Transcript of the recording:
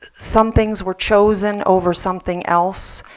some things were chosen over something else.